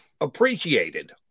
appreciated